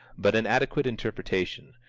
but an adequate interpretation,